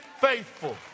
faithful